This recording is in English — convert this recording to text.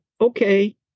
okay